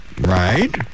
Right